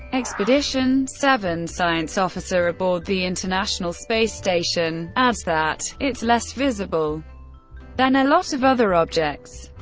expedition seven science officer aboard the international space station, adds that, it's less visible than a lot of other objects.